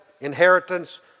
inheritance